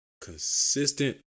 Consistent